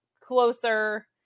closer